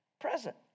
present